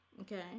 Okay